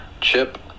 chip